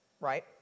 Right